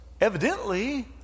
evidently